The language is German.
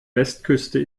westküste